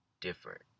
different